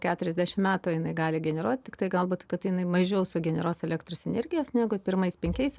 keturiasdešim metų jinai gali generuot tiktai galbūt kad jinai mažiau sugeneruos elektros energijos negu pirmais penkiais